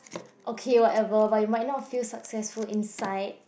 okay whatever but you might not feel successful inside